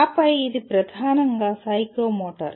ఆపై ఇది ప్రధానంగా సైకోమోటర్